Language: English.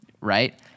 right